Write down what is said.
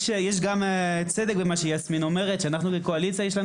יש צדק במה שאומרת יסמין שאנחנו בקואליציה יש לנו